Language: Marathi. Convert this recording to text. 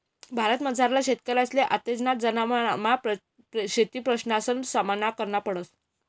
भारतमझारला शेतकरीसले आत्तेना जमानामा शेतीप्रश्नसना सामना करना पडस